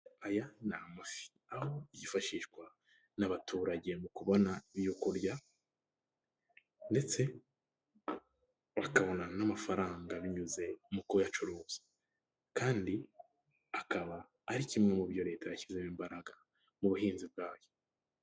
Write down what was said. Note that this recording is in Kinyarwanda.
Aya ni amafi aho yifashishwa n'abaturage mu kubona ibyo kurya, ndetse bakabona n'amafaranga binyuze mu kuya yacuruza, kandi akaba ari kimwe mu byo leta yashyizemo imbaraga mu buhinzi bwayo.